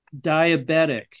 diabetic